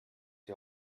die